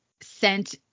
sent